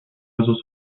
réseaux